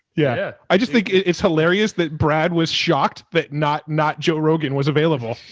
yeah. i just think it's hilarious that brad was shocked that not, not joe rogan was available.